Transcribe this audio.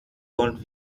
und